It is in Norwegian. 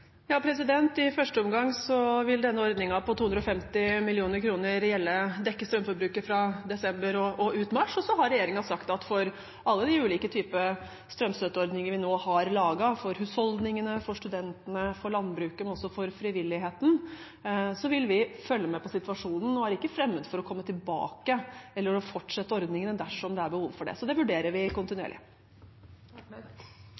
I første omgang vil denne ordningen på 250 mill. kr dekke strømforbruket fra desember og ut mars. Så har regjeringen sagt at når det gjelder de ulike typer strømstøtteordninger vi nå har laget – for husholdningene, for studentene, for landbruket, men også for frivilligheten – vil vi følge med på situasjonen og er ikke fremmed for å komme tilbake, eller å fortsette ordningene, dersom det er behov for det. Så det vurderer vi